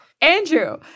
Andrew